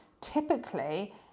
typically